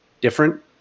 different